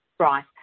Right